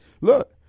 Look